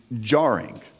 jarring